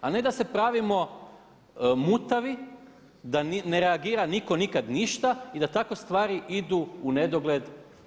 A ne da se pravimo mutavi, da ne reagira niko nikad ništa i da takve stvari idu u nedogled.